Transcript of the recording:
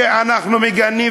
ואנחנו מגנים,